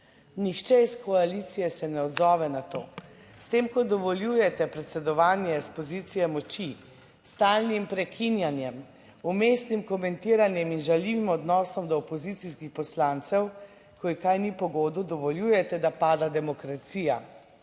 nihče iz koalicije se ne odzove na to. S tem, ko dovoljujete predsedovanje s pozicije moči s stalnim prekinjanjem, vmesnim komentiranjem in žaljivim odnosom do opozicijskih poslancev, ko ji kaj ni po godu, dovoljujete, da pada demokracija.